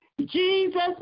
Jesus